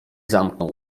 zamknął